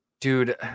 Dude